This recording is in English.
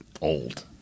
old